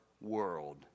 world